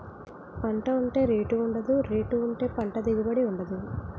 పంట ఉంటే రేటు ఉండదు, రేటు ఉంటే పంట దిగుబడి ఉండదు